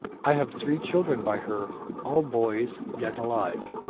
i have three children by her, all boys, yet alive,